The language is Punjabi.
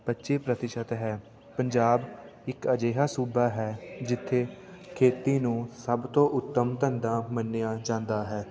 ਪੱਚੀ ਪ੍ਰਤੀਸ਼ਤ ਹੈ ਪੰਜਾਬ ਇੱਕ ਅਜਿਹਾ ਸੂਬਾ ਹੈ ਜਿੱਥੇ ਖੇਤੀ ਨੂੰ ਸਭ ਤੋਂ ਉੱਤਮ ਧੰਦਾ ਮੰਨਿਆ ਜਾਂਦਾ ਹੈ